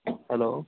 hello